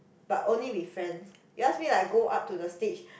but only with friends you ask me like go up to the stage